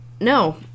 No